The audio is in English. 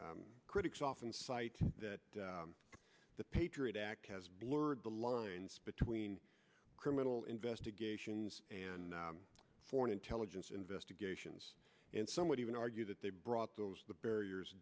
here critics often cite that the patriot act has blurred the lines between criminal investigations and foreign intelligence investigations and some would even argue that they brought those the barriers